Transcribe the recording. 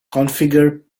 configure